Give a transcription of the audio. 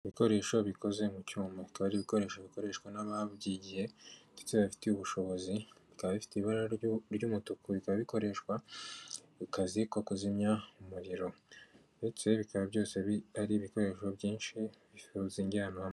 Ibikoresho bikoze mu cyuma, bikaba ari ibikoresho n'ababyigiye ndetse babifitiye ubushobozi, bikaba bifite ibara ry'umutuku bikaba bikoreshwa mu kazi ko kuzimya umuriro ndetse bikaba byose ari ibikoresho byinshi bizingiye ahantu hamwe.